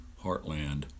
Heartland